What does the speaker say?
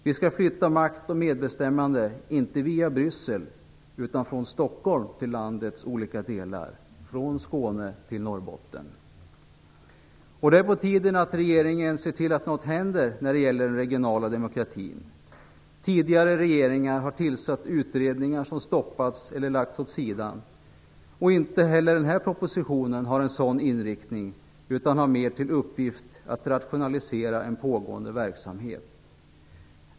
Vi skall flytta makt och medbestämmande, inte via Bryssel utan från Stockholm, till landets olika delar, från Det är på tiden att regeringen ser till att något händer när det gäller den regionala demokratin. Tidigare regeringar har tillsatt utredningar som stoppats eller lagts åt sidan. Inte heller den här propositionen har en sådan inriktning, utan har mer till uppgift att rationalisera en pågående verksamhet.